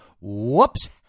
Whoops